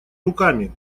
руками